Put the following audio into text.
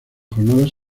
jornadas